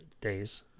days